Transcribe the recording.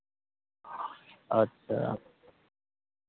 अच्छा